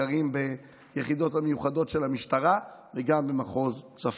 נחקרים ביחידות המיוחדות של המשטרה וגם במחוז צפון.